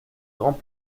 grand